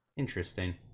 Interesting